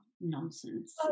nonsense